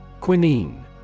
Quinine